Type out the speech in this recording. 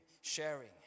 sharing